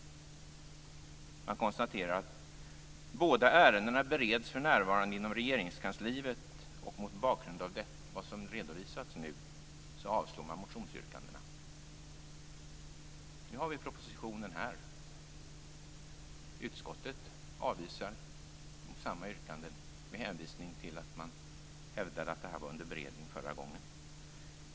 Utskottet konstaterar: Båda ärendena bereds för närvarande inom Regeringskansliet, och mot bakgrund av det som redovisats nu avstyrks motionsyrkandena. Nu har vi propositionen här. Utskottet avstyrker samma yrkanden med hänvisning till att man hävdade förra gången att ärendet var under beredning.